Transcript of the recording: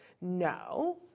No